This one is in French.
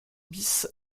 bis